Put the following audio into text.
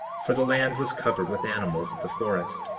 for the land was covered with animals of the forest.